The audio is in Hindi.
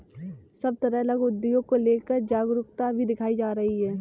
सब तरफ लघु उद्योग को लेकर जागरूकता भी दिखाई जा रही है